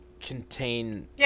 contain